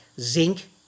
zinc